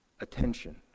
attention